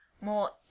more